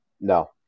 no